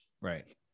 right